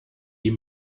die